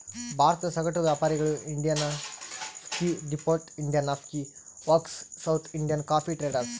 ಭಾರತದ ಸಗಟು ವ್ಯಾಪಾರಿಗಳು Indian coffee depot, Indian coffee works, south Indian coffee traders